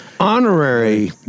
honorary